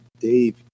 Dave